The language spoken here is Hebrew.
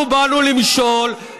אנחנו באנו למשול,